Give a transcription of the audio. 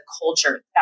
culture